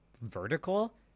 vertical